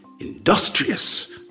industrious